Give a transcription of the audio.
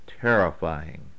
terrifying